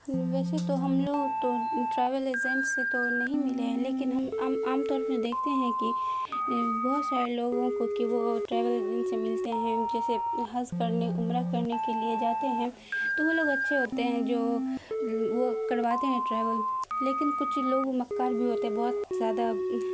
ویسے تو ہم لوگ تو ٹریول ایزنٹ سے تو نہیں ملے ہیں لیکن ہم عام عام طور میں دیکھتے ہیں کہ بہت سارے لوگوں کو کہ وہ ٹریول ایزنٹ سے ملتے ہیں جیسے حج کرنے عمرہ کرنے کے لیے جاتے ہیں تو وہ لوگ اچھے ہوتے ہیں جو وہ کرواتے ہیں ٹریول لیکن کچھ لوگوں مکار بھی ہوتے ہیں بہت زیادہ